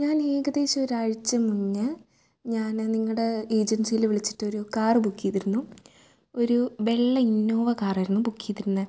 ഞാൻ ഏകദേശം ഒരാഴ്ച മുന്നേ ഞാൻ നിങ്ങളുടെ ഏജൻസിയിൽ വിളിച്ചിട്ട് ഒരു കാർ ബുക്ക് ചെയ്തിരുന്നു ഒരു വെള്ള ഇന്നോവ കാർ ആയിരുന്നു ബുക്ക് ചെയ്തിരുന്നത്